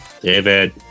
David